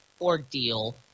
ordeal